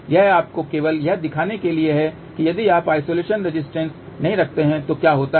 यह आपको केवल यह दिखाने के लिए है कि यदि आप आइसोलेशन रेजिस्टेंस नहीं रखते हैं तो क्या होता है